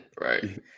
Right